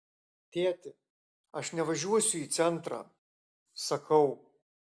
tėti aš nevažiuosiu į centrą sakau